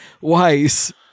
Weiss